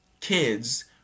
kids